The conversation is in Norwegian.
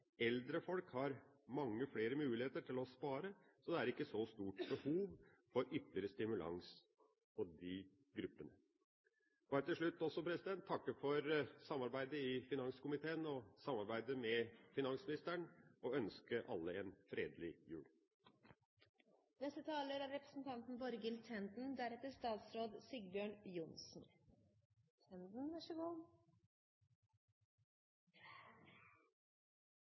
å spare, så det er ikke så stort behov for ytterligere stimulans for de gruppene. Helt til slutt vil jeg takke for samarbeidet i finanskomiteen og samarbeidet med finansministeren, og ønske alle en fredelig jul. Mye er